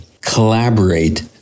Collaborate